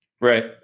Right